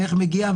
ואיך מגיע,